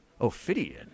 Ophidian